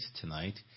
tonight